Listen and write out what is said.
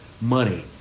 money